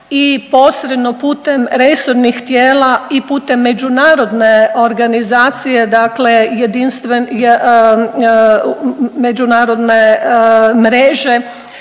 i posredno putem resornih tijela i putem međunarodne organizacije, dakle jedinstven, međunarodne mreže